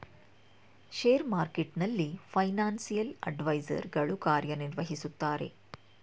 share ಮಾರ್ಕೆಟ್ನಲ್ಲಿ financial adviser ಗಳು ಕಾರ್ಯ ನಿರ್ವಹಿಸುತ್ತಾರೆ